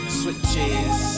switches